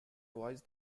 twice